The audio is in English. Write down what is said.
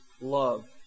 love